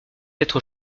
être